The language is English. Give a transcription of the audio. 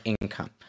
income